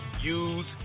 use